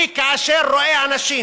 אני, כאשר רואה אנשים